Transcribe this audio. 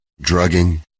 drugging